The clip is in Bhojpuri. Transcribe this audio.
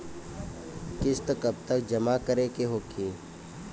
किस्त कब तक जमा करें के होखी?